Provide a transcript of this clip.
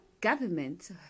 government